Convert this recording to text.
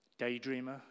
daydreamer